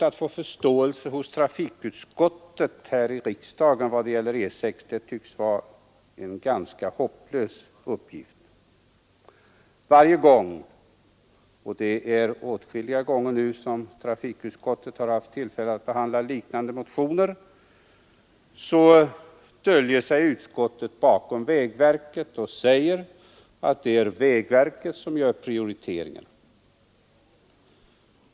Att få förståelse hos trafikutskottet i vad gäller E 6 tycks vara en ganska hopplös uppgift. Varje gång — och det är åtskilliga gånger nu som trafikutskottet har haft tillfälle att behandla liknande motioner — gömmer sig utskottet bakom vägverket och säger att det är vägverket som gör prioriteringarna.